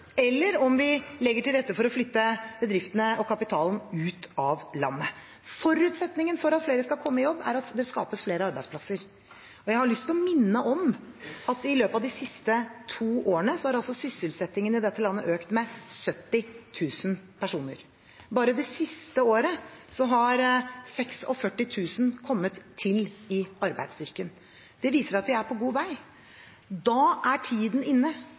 eller om vi legger til rette for å flytte bedriftene og kapitalen ut av landet. Forutsetningen for at flere skal komme i jobb, er at det skapes flere arbeidsplasser. Og jeg har lyst til å minne om at i løpet av de siste to årene har sysselsettingen i dette landet økt med 70 000 personer. Bare det siste året har 46 000 kommet til i arbeidsstyrken. Det viser at vi er på god vei. Da er tiden inne